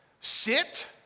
Sit